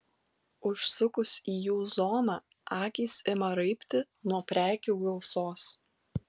užsukus į jų zoną akys ima raibti nuo prekių gausos